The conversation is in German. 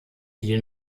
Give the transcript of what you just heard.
die